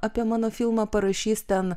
apie mano filmą parašys ten